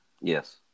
Yes